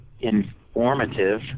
informative